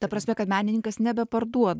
ta prasme kad menininkas nebeparduoda